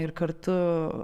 ir kartu